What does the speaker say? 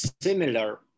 similar